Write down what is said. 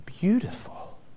Beautiful